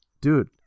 dude